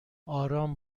آرام